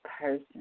person